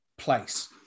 place